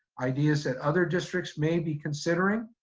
ideas that other districts may be considering